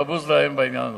והבוז להם בעניין הזה.